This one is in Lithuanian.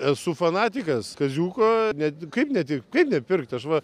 esu fanatikas kaziuko net kaip ne tik kad nepirkti aš va